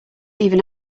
even